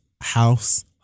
House